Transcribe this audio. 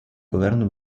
governo